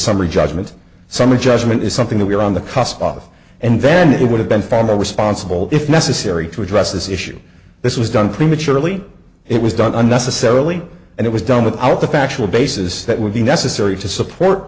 summary judgment summary judgment is something that we're on the cusp of and then it would have been far more responsible if necessary to address this issue this was done prematurely it was done the necessarily and it was done without the factual basis that would be necessary to support